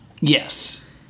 Yes